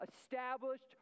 established